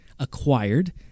acquired